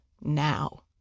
now